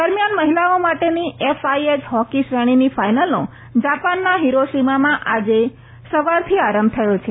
દરમ્યાન મહિલાઓ માટેની એફઆઇએચ હોકી શ્રેણીની ફાઇનલનો જાપાનના હિરોશીમામાં આજે સવારથી આરંભ થયો છે